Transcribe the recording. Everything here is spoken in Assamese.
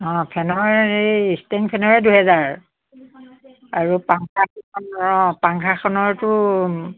অঁ ফেনৰ এই ষ্টেণ্ড ফেনৰে দুহেজাৰ আৰু পাংখাখন অঁ পাংখাখনৰতো